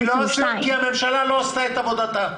כי הממשלה לא עשתה את עבודתה.